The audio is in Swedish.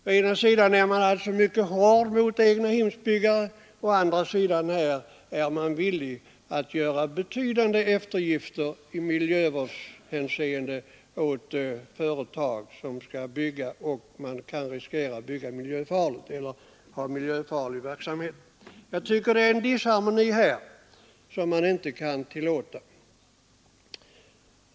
Å ena sidan är man alltså mycket hård mot egnahemsbyggare, å andra sidan är man villig att göra betydande eftergifter i miljövårdshänseende åt företag som skall bygga — och som man kan riskera skall utöva miljöfarlig verksamhet. Jag anser att det här råder en disharmoni som man inte kan tillåta.